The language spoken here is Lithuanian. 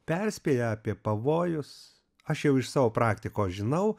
perspėja apie pavojus aš jau iš savo praktikos žinau